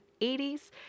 80s